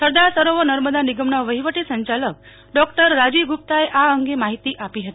સરદાર સરોવર નર્મદા નિગમના વહીવટી સંચાલક ડોકટર રાજી વ ગુપ્તાએ આ અંગે માહિતી આપી હતા